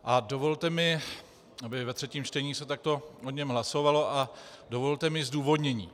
A dovolte mi, aby ve třetím čtení se takto o něm hlasovalo a dovolte mi zdůvodnění.